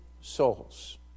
souls